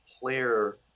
player